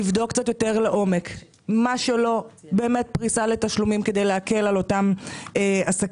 לבדוק קצת יותר לעומק באמת פריסה לתשלומים כדי להקל על אותם עסקים.